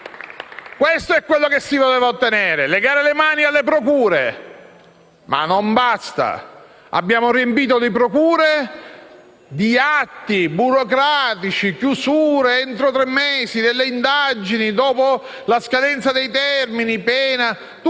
puntavate e che si voleva ottenere: legare le mani alle procure. Ma non basta: abbiamo riempito le procure di atti burocratici e chiusure entro tre mesi delle indagini dopo la scadenza dei termini, che è un